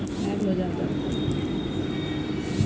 চাষের সময় সমস্ত ঝুঁকি সঠিকভাবে পরিচালিত হয়